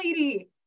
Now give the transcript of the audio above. lady